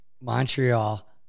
Montreal